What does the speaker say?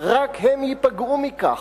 רק הן ייפגעו מכך.